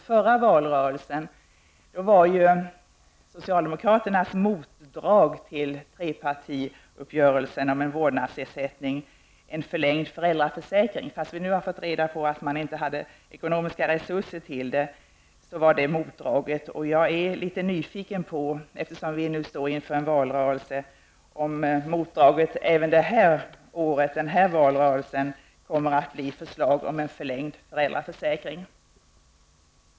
I förra valrörelsen var socialdemokraternas motdrag till trepartiuppgörelsen om en vårdnadsersättning en förlängd föräldraförsäkring. Nu har vi fått reda på att det inte fanns ekonomiska resurser för det förslaget. Eftersom vi nu står inför en ny valrörelse, är jag nyfiken på om motdraget även denna valrörelse kommer att bli förslag om en förlängd föräldraförsäkring?